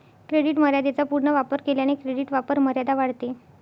credit मर्यादेचा पूर्ण वापर केल्याने क्रेडिट वापरमर्यादा वाढते